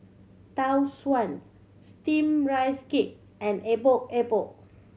Tau Suan Steamed Rice Cake and Epok Epok